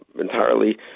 entirely